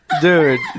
Dude